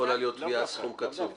יכולה להיות תביעה על סכום קצוב.